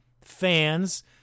fans